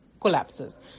collapses